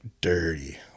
dirty